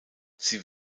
sie